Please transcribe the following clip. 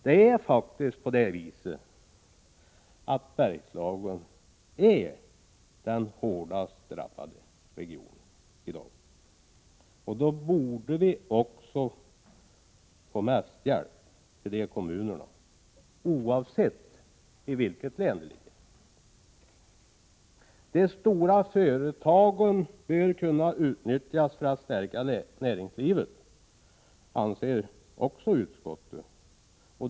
Det är faktiskt så att Bergslagen är den hårdast drabbade regionen i dag. Då borde vi också få mest hjälp till de kommunerna, oavsett i vilket län de ligger. De stora företagen bör kunna utnyttjas för att stärka näringslivet, anser utskottet.